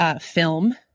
film